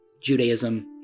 Judaism